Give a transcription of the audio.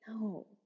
no